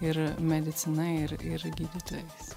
ir medicina ir ir gydytojais